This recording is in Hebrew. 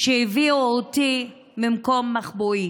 שהביאו אותי ממקום מחבואי.